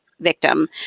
victim